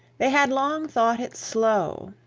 they had long thought it slow,